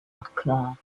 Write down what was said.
accra